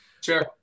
Sure